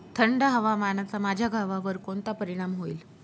थंड हवामानाचा माझ्या गव्हावर कोणता परिणाम होईल?